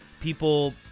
people